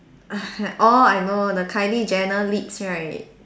orh I know the Kylie Jenner lips right